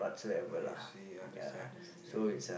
I see understand understand